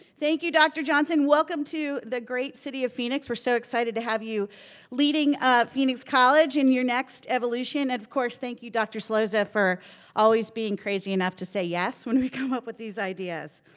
thank you dr. johnson. welcome to the great city of phoenix. we're so excited to have you leading ah phoenix college in your next evolution. of course, thank you dr. celoza for always being crazy enough to say yes, when we come up with these ideas.